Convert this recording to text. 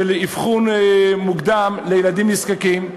של אבחון מוקדם לילדים נזקקים.